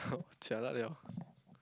jialat [liao]